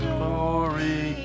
Glory